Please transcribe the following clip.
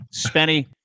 Spenny